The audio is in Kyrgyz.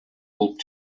болуп